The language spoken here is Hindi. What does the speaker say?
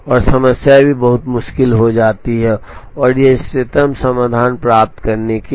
और समस्या भी बहुत मुश्किल हो जाती है और इष्टतम समाधान प्राप्त करने के लिए